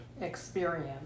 experience